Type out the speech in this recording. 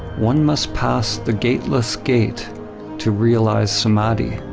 one must pass the gateless gate to realize samadhi.